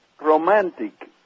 romantic